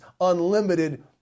unlimited